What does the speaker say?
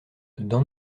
dans